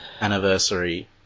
anniversary